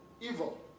evil